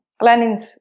Lenin's